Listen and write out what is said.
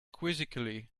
quizzically